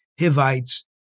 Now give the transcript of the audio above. Hivites